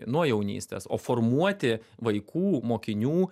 nuo jaunystės o formuoti vaikų mokinių